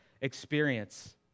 experience